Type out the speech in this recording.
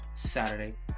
Saturday